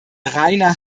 reiner